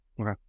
Okay